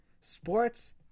Sports